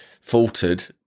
faltered